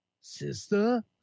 Sister